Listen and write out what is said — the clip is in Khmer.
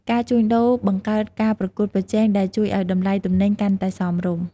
ការជួញដូរ បង្កើតការប្រកួតប្រជែង ដែលជួយឱ្យតម្លៃទំនិញកាន់តែសមរម្យ។